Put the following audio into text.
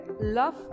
love